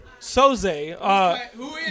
Soze